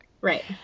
Right